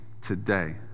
today